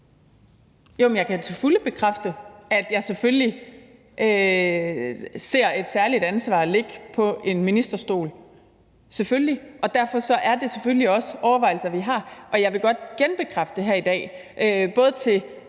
Jeg kan til fulde bekræfte, at jeg selvfølgelig ser et særligt ansvar ligge på ministerens bord. Derfor er det selvfølgelig også overvejelser, vi gør os, og jeg vil godt genbekræfte her i dag